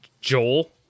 Joel